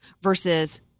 versus